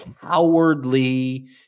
cowardly